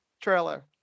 trailer